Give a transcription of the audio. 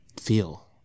feel